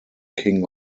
king